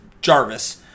Jarvis